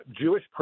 Jewish